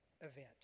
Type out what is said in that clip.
event